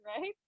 right